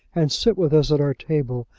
and sit with us at our table,